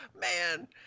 Man